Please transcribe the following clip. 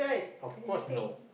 of course no